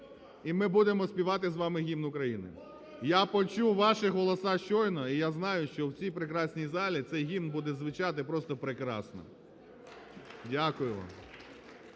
І ми будемо співати з вами Гімн України. Я почув ваші голоса щойно і я знаю, що в цій прекрасній залі цей гімн буде звучати просто прекрасно. (Оплески)